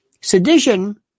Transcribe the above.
Sedition